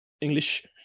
English